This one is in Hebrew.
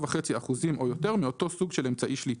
7.5% או יותר מאותו סוג של אמצעי שליטה.